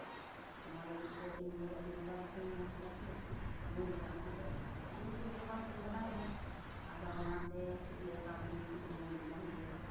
ᱚᱱᱟ ᱞᱟᱹᱜᱤᱫ ᱛᱮ ᱤᱧ ᱜᱚᱜᱚ ᱤᱧ ᱵᱟᱵᱟ ᱫᱚᱠᱤᱱ ᱢᱮᱱ ᱠᱮᱫᱟ ᱪᱮᱫ ᱱᱩᱭ ᱫᱚᱞᱟᱝ ᱪᱮᱫ ᱟᱭᱟ ᱟᱫᱚ ᱤᱧ ᱜᱚᱜᱚ ᱤᱧ ᱵᱟᱵᱟ ᱦᱚᱸᱠᱤᱱ ᱵᱟᱰᱟᱭ ᱜᱮᱭᱟ ᱟᱫᱚ ᱚᱱᱟᱛᱮ ᱪᱷᱚᱵᱤ ᱟᱸᱠᱟᱣ ᱠᱤᱱ ᱪᱮᱫ ᱟᱹᱧᱟᱹ ᱫᱤᱱᱟᱹᱢ ᱦᱤᱞᱳᱜ